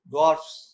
Dwarfs